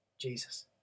Jesus